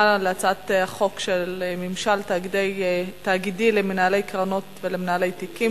בהצעת חוק ממשל תאגידי למנהלי קרנות ולמנהלי תיקים,